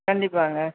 கண்டிப்பாகங்க